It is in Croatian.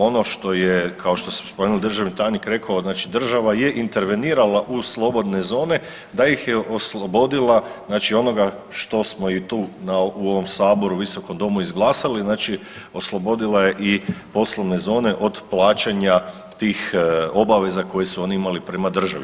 Ono što je kao što smo spomenuli državni tajnik rekao znači država je intervenirala u slobodne zone da ih je oslobodila onoga što smo i tu na ovom saboru, visokom domu izglasali, znači oslobodila je poslovne zone od plaćanja tih obaveza koje su oni imali prema državi.